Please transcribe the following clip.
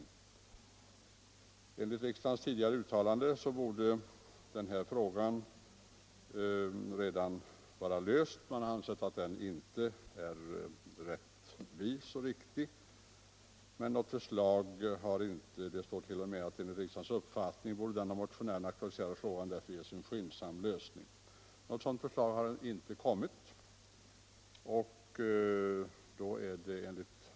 I enlighet med tidigare uttalanden av riksdagen borde denna fråga redan vara löst. Man har ansett att bestämmelsen inte är rättvis. Riksdagen skrev t.o.m. att enligt riksdagens uppfattning ”borde den av motionärerna aktualiserade frågan därför ges en skyndsam lösning”. Något förslag har emellertid inte kommit.